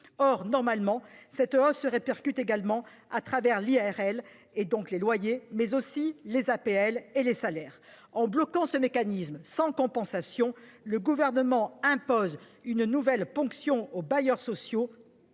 Or cette hausse se répercute également sur l'IRL, donc les loyers, mais également sur les APL et les salaires. En bloquant ce mécanisme sans compensation, le Gouvernement impose une nouvelle ponction aux bailleurs sociaux,